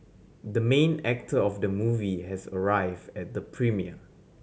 the main actor of the movie has arrived at the premiere